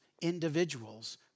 individuals